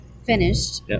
finished